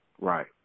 Right